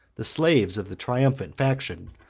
the slaves of the triumphant faction,